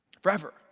forever